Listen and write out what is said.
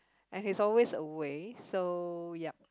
and he's always away so yup